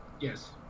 yes